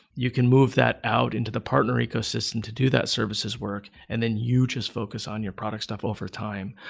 you can move that out into the partner ecosystem to do that services work and then you just focus on your product stuff overtime.